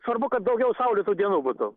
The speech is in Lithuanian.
svarbu kad daugiau saulėtų dienų būtų